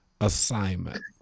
assignment